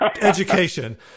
education